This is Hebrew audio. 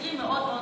המקרים מאוד קשים.